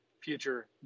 future